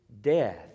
death